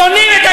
אדוני,